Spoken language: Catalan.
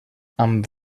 amb